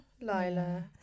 Lila